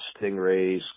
stingrays